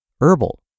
herbal